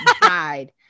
died